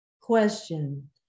question